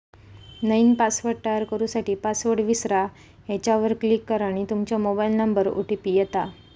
नईन पासवर्ड तयार करू साठी, पासवर्ड विसरा ह्येच्यावर क्लीक करा आणि तूमच्या मोबाइल नंबरवर ओ.टी.पी येता